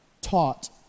taught